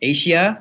Asia